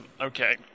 okay